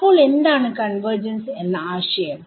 അപ്പോൾ എന്താണ് കൺവെർജൻസ്എന്ന ആശയം